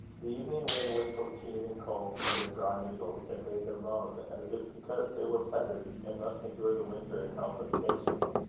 the evening wind whistled keen and cold through their dry needles, and made them moan, as if because they were fettered, and must endure the winter in helpless patience.